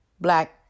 black